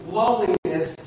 loneliness